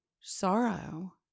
sorrow